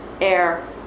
air